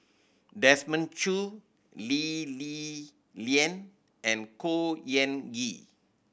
Desmond Choo Lee Li Lian and Khor Ean Ghee